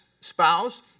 spouse